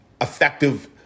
effective